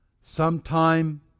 sometime